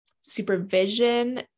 supervision